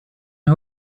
who